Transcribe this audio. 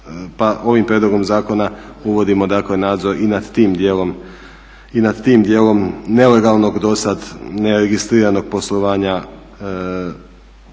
ovim prijedlogom zakona uvodimo dakle nadzor i nad tim dijelom nelegalnog do sada neregistriranog poslovanja naših,